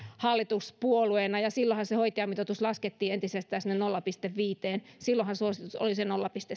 hallituspuolueena ja silloinhan se hoitajamitoitus laskettiin entisestään sinne nolla pilkku viiteen silloinhan suositus oli se nolla pilkku